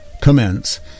commence